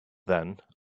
then